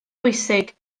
bwysig